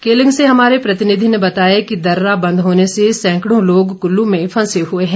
केलंग से हमार्रे प्रतिनिधि ने बताया कि दर्रा बंद होने से सैंकड़ों लोग कुल्लू में फंसे हुए हैं